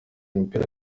imipira